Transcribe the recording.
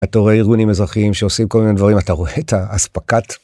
אתה רואה ארגונים אזרחיים שעושים כל מיני דברים אתה רואה את ההספקת.